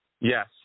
Yes